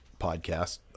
podcast